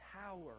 power